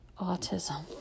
autism